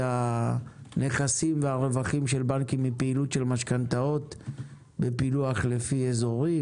הנכסים והרווחים של בנקים מפעילות של משכנתאות בפילוח לפי אזורים,